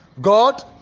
God